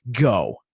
go